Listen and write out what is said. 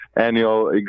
annual